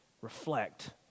reflect